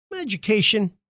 education